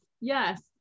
yes